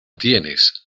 tienes